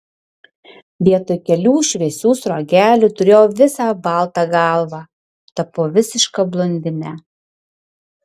vietoj kelių šviesių sruogelių turėjau visą baltą galvą tapau visiška blondine